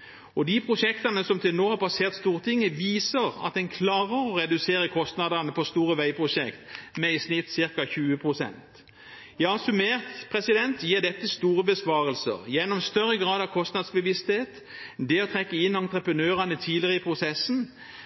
veier. De prosjektene som til nå har passert Stortinget, viser at en klarer å redusere kostnadene for store veiprosjekt med i snitt ca. 20 pst. Summert gir dette store besparelser, gjennom større grad av kostnadsbevissthet, trekke inn entreprenørene tidligere i prosessen